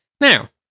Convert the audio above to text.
Now